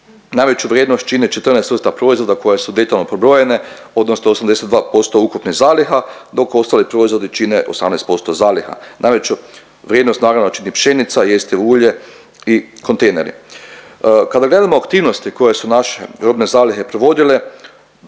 se ne razumije./… proizvoda koje su detaljno prebrojene odnosno 82% ukupnih zaliha, dok ostali proizvodi čine 18% zaliha, najveću vrijednost naravno čini pšenica, jestivo ulje i kontejneri. Kada gledamo aktivnosti koje su naše robne zalihe provodile,